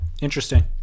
Interesting